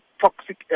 toxic